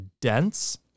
dense